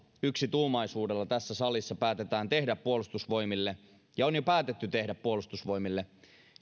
yksituumaisuudella tässä salissa päätetään tehdä puolustusvoimille ja on jo päätetty tehdä puolustusvoimille